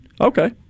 Okay